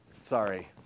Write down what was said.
sorry